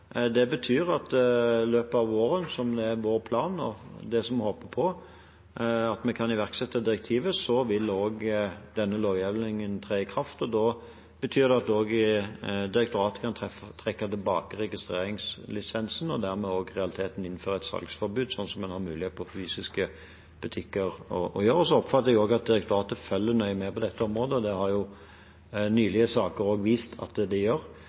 det betyr at i løpet av våren er vår plan – og det vi håper på – at vi kan iverksette direktivet. Så vil denne lovhjemmelen tre i kraft, og da kan direktoratet trekke tilbake registreringslisensen og dermed også i realiteten innføre et salgsforbud, slik vi har mulighet for når vi har med de fysiske butikkene å gjøre. Jeg oppfatter at direktoratet følger nøye med på dette området. Det har nylige saker også vist at de gjør.